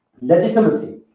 legitimacy